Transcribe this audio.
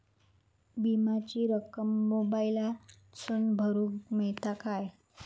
विमाची रक्कम मोबाईलातसून भरुक मेळता काय?